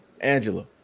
angela